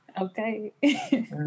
Okay